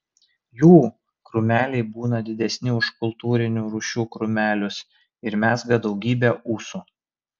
jų krūmeliai būna didesni už kultūrinių rūšių krūmelius ir mezga daugybę ūsų